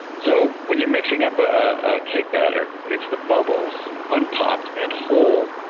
so when you're mixing up a cake batter, it's the bubbles, unpopped and whole,